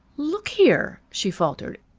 look here, she faltered,